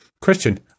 Christian